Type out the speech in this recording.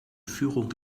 führung